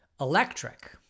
electric